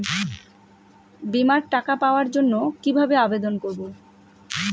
বিমার টাকা পাওয়ার জন্য কিভাবে আবেদন করব?